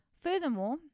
Furthermore